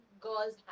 girls